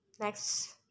Next